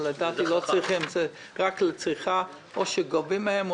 כי או שגונבים מהם,